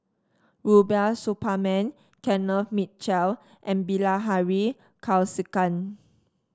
Rubiah Suparman Kenneth Mitchell and Bilahari Kausikan